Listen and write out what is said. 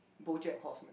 BoJack Horseman